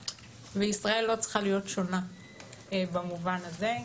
וישראל לא צריכה להיות שונה במובן הזה.